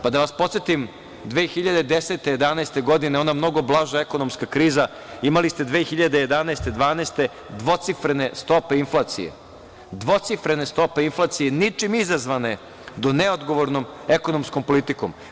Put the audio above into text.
Da vas podsetim 2010, 2011. godine, ona mnogo blaža ekonomska kriza, imali ste 2011. i 2012. godine dvocifrene stope inflacije, dvocifrene stope inflacije, ničim izazvane, do neodgovornom ekonomskom politikom.